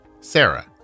Sarah